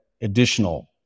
additional